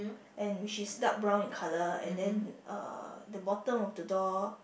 and which is dark brown in colour and then uh the bottom of the door